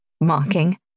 mocking